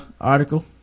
article